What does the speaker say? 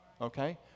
okay